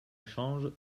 échange